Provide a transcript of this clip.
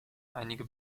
einige